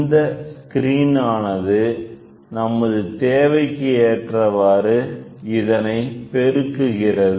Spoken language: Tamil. இந்த ஸ்கிரீன் ஆனது நமது தேவைக்கு ஏற்றவாறு இதனை பெருக்குகிறது